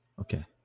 Okay